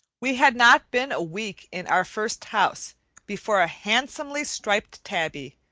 we had not been a week in our first house before a handsomely striped tabby,